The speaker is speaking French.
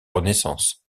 renaissance